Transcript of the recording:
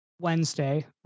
Wednesday